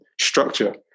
structure